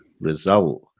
result